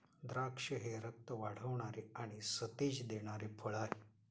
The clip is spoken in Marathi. द्राक्षे हे रक्त वाढवणारे आणि सतेज देणारे फळ आहे